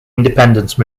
independence